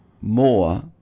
more